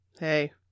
hey